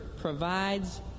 provides